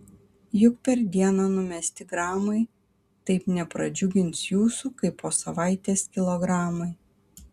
juk per dieną numesti gramai taip nepradžiugins jūsų kaip po savaitės kilogramai